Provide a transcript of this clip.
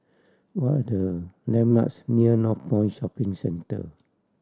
what are the landmarks near Northpoint Shopping Centre